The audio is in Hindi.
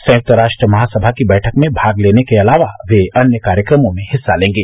संयुक्त राष्ट्र महासभा की बैठक में भाग लेने के अलावा वे अन्य कार्यक्रमों में हिस्सा लेंगे